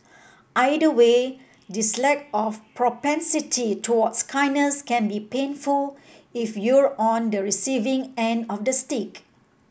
either way this lack of propensity towards kindness can be painful if you're on the receiving end of the stick